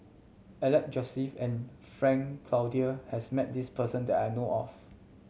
Alex Josey and Frank Cloutier has met this person that I know of